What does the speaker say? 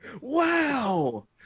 Wow